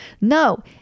No